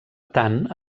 tant